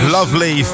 Lovely